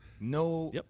No